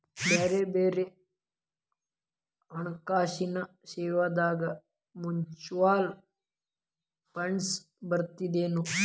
ಬ್ಯಾರೆ ಬ್ಯಾರೆ ಹಣ್ಕಾಸಿನ್ ಸೇವಾದಾಗ ಮ್ಯುಚುವಲ್ ಫಂಡ್ಸ್ ಬರ್ತದೇನು?